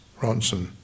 Ronson